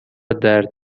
درد